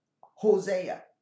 Hosea